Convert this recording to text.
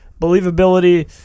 Believability